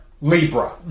Libra